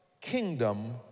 kingdom